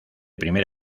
primer